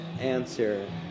answer